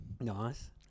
Nice